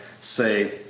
say,